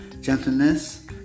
gentleness